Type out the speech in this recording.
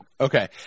Okay